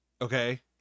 Okay